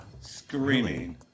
Screaming